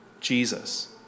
Jesus